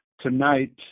tonight